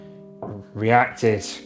reacted